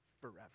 forever